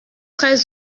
très